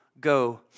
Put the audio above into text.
go